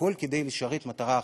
הכול כדי לשרת מטרה אחת,